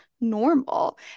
normal